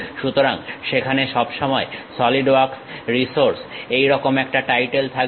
সুতরাং সেখানে সবসময় সলিড ওয়ার্কস রিসোর্স এইরকম একটা টাইটেল থাকবে